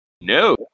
No